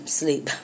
sleep